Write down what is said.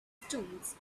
stones